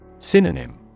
Synonym